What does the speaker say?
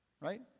Right